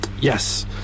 yes